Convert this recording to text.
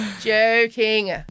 joking